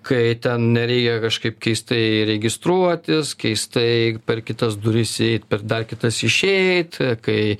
kai ten nereikia kažkaip keistai registruotis keistai per kitas duris eit per dar kitas išeit kai